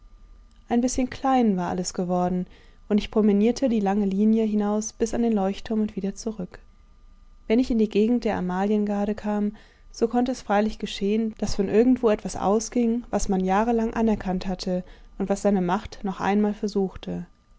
ein bißchen klein war alles geworden und ich promenierte die langelinie hinaus bis an den leuchtturm und wieder zurück wenn ich in die gegend der amaliengade kam so konnte es freilich geschehen daß von irgendwo etwas ausging was man jahrelang anerkannt hatte und was seine macht noch einmal versuchte